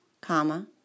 comma